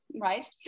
right